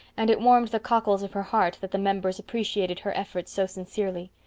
and it warmed the cockles of her heart that the members appreciated her efforts so sincerely.